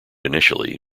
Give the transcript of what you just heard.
initially